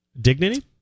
Dignity